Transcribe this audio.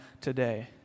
today